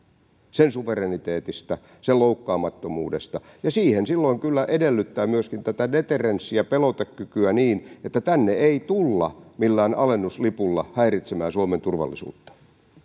sen suvereniteetista sen loukkaamattomuudesta ja se silloin kyllä edellyttää myöskin tätä deterrenssiä pelotekykyä niin että tänne ei tulla millään alennuslipulla häiritsemään suomen turvallisuutta